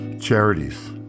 charities